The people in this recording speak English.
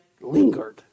lingered